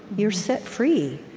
you're set free,